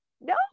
no